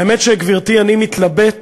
האמת, גברתי, שאני מתלבט